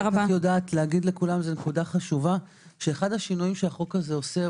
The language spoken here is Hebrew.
אחד השינויים שהחוק עושה,